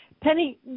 Penny